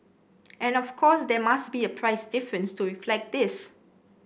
and of course there must be a price difference to reflect this